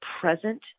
present